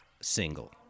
single